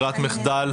ברירת מחדל,